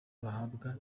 bahabwa